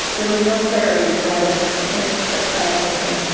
there was no clarity provided by a planning commission.